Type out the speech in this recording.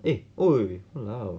eh !oi! !walao!